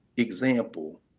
example